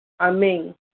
Amen